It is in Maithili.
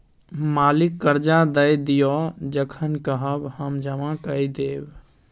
मालिक करजा दए दिअ जखन कहब हम जमा कए देब